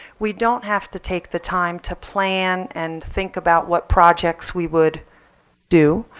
we don't have to take the time to plan and think about what projects we would do.